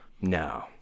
No